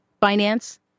Finance